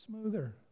smoother